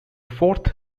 fourth